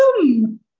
boom